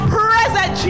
present